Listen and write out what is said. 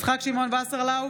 יצחק שמעון וסרלאוף,